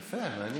יפה, מעניין.